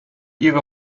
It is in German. ihre